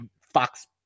fox